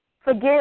forgive